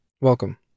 Welcome